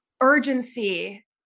urgency